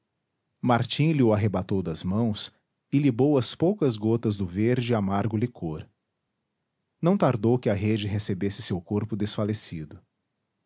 martim lho arrebatou das mãos e libou as poucas gotas do verde e amargo licor não tardou que a rede recebesse seu corpo desfalecido